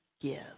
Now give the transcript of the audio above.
give